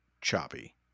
choppy